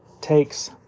takes